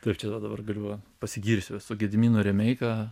kaip čia dabar galiu pasigirsiu aš su gediminu remeika